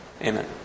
Amen